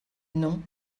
non